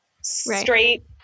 straight